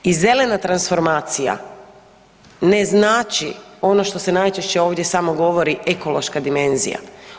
I zelena transformacija ne znači ono što se najčešće ovdje samo govori, ekološka dimenzija.